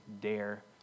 dare